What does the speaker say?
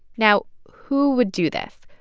now who would do that?